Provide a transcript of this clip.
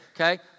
okay